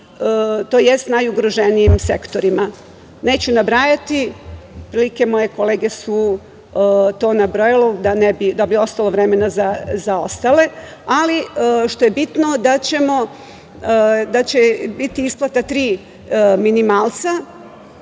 tj. najugroženijim sektorima. Neću nabrajati, otprilike, moje kolege su to nabrajale, da bi ostalo vremena za ostale, ali što je bitno da će biti isplata tri minimalca,